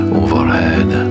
overhead